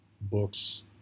books